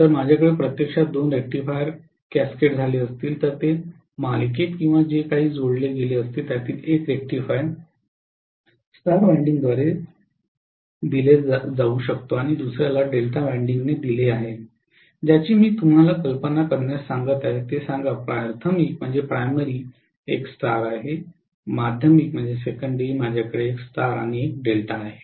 जर माझ्याकडे प्रत्यक्षात दोन रेक्टिफायर्स कॅसकेड झाले असतील तर ते मालिकेत किंवा जे काही जोडले गेले असतील त्यातील एक रेक्टिफायर स्टार वाइंडिंगद्वारे दिले जात आहे आणि दुसर्याला डेल्टा वाइंडिंगने दिले आहे ज्याची मी तुम्हाला कल्पना करण्यास सांगत आहे ते सांगा प्राथमिक एक स्टार आहे माध्यमिकात माझ्याकडे एक स्टार आणि एक डेल्टा आहे